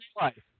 life